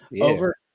over